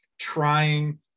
trying